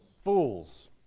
Fools